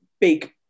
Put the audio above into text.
big